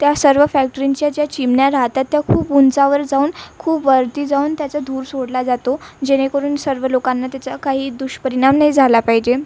त्या सर्व फॅक्टरींच्या ज्या चिमण्या राहतात त्या खूप उंचावर जाऊन खूप वरती जाऊन त्याचा धूर सोडला जातो जेणेकरून सर्व लोकांना त्याचा काही दुष्परिणाम नाही झाला पाहिजे